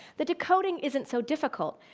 the decoding isn't so difficult,